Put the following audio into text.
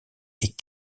est